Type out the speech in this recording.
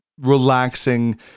relaxing